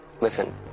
listen